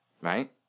right